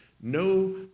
no